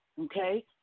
Okay